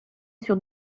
sur